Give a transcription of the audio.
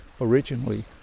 originally